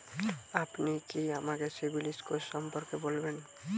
আপনি কি আমাকে সিবিল স্কোর সম্পর্কে বলবেন?